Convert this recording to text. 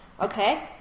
Okay